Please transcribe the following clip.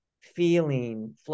feeling